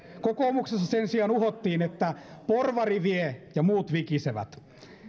kokoomuksessa sen sijaan uhottiin että porvari vie ja muut vikisevät